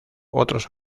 otros